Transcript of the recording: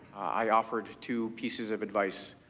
i offered two pieces of advice.